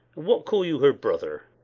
what call you her brother?